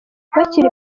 bakiri